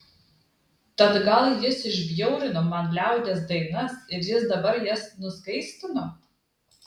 tad gal jis išbjaurino man liaudies dainas ir jis dabar jas nuskaistino